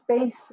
space